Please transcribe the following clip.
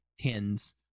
tens